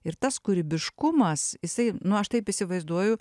ir tas kūrybiškumas jisai nu aš taip įsivaizduoju